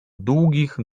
długich